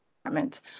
department